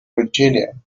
virginia